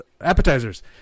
appetizers